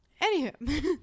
Anywho